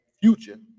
Future